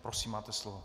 Prosím, máte slovo.